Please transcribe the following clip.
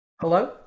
Hello